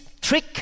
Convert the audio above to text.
trick